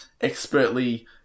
expertly